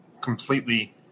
completely